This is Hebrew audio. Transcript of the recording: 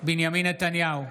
בנימין נתניהו,